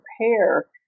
prepare